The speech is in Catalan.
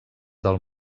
del